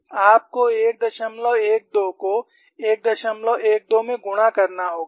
आपको 112 को 112 में गुणा करना होगा